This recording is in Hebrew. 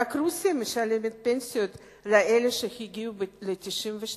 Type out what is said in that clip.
רוסיה משלמת פנסיות רק לאלה שהגיעו מ-1992,